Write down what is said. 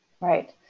Right